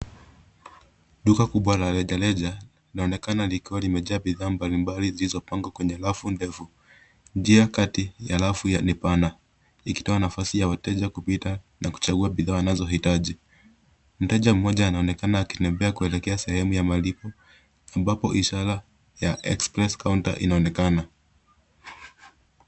Duka kubwa la rejareja, linaonekana likiwa limejaa bidhaa mbali mbali zilizopangwa kwenye rafu ndefu, njia kati ya rafu ni pana ikitoa nafasi ya wateja kupita na kuchangua bidhaa anazoitaji, mteja mmoja anaonekana akitembea kuelekea sehemu ya malipo ambapo ishara ya express counter inaonekana.